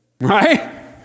Right